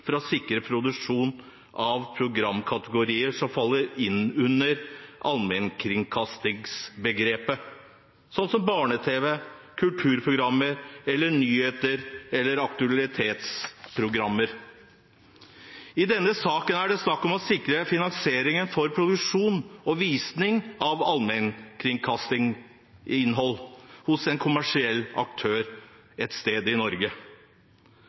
for å sikre produksjon av programkategorier som faller inn under allmennkringkastingsbegrepet, sånn som barne-tv, kulturprogrammer eller nyhets- og aktualitetsprogrammer. I denne saken er det snakk om å sikre finansiering for produksjon og visning av allmennkringskastingsinnhold hos en kommersiell aktør et sted i Norge.